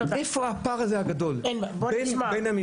איפה הפער הזה הגדול בין הממצא,